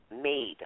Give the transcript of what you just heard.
made